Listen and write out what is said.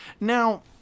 Now